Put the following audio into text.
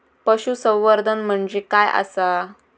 पशुसंवर्धन म्हणजे काय आसा?